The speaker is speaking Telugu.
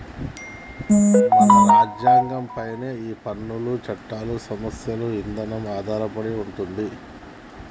మన రాజ్యంగం పైనే ఈ పన్ను చట్టాల సమస్య ఇదానం ఆధారపడి ఉంటది